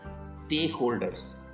stakeholders